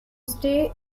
stay